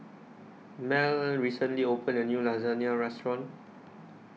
Mel recently opened A New Lasagne Restaurant